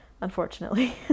unfortunately